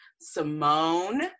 simone